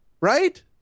Right